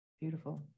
beautiful